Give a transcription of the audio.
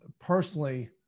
personally